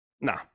Nah